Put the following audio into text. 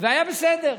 והיה בסדר,